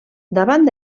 davant